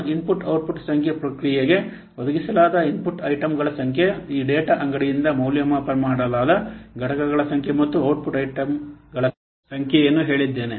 ನಾನು input output ಸಂಖ್ಯೆ ಪ್ರಕ್ರಿಯೆಗೆ ಒದಗಿಸಲಾದ ಇನ್ಪುಟ್ ಐಟಂಗಳ ಸಂಖ್ಯೆ ಈ ಡೇಟಾ ಅಂಗಡಿಯಿಂದ ಮೌಲ್ಯಮಾಪನ ಮಾಡಲಾದ ಘಟಕಗಳ ಸಂಖ್ಯೆ ಮತ್ತು ಔಟ್ಪುಟ್ ಐಟಂಗಳ ಸಂಖ್ಯೆಯನ್ನು ಹೇಳಿದ್ದೇನೆ